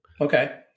Okay